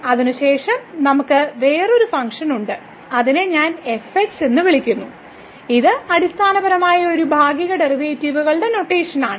അതിനുശേഷം നമുക്ക് വേറൊരു ഫംഗ്ഷൻ ഉണ്ട് അതിനെ ഞാൻ fx എന്ന് വിളിക്കുന്നു ഇത് അടിസ്ഥാനപരമായി ഒരു ഭാഗിക ഡെറിവേറ്റീവുകളുടെ നൊട്ടേഷൻ ആണ്